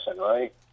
right